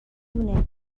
دونه